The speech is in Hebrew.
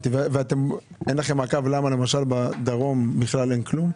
ואין לכם מעקב למה למשל בדרום בכלל אין כלום?